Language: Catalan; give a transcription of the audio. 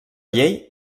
llei